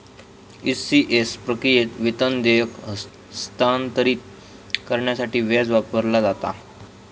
ECS प्रक्रियेत, वेतन देयके हस्तांतरित करण्यासाठी व्याज वापरला जाता